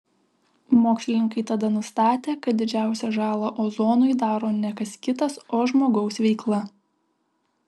mokslininkai tada nustatė kad didžiausią žalą ozonui daro ne kas kitas o žmogaus veikla